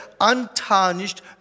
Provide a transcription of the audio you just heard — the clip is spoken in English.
untarnished